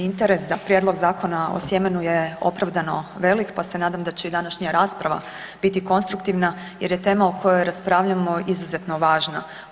Interes za Prijedlog zakona o sjemenu je opravdano velik pa se nadam da će i današnja rasprava biti konstruktivna jer je tema o kojoj raspravljamo izuzetno važna.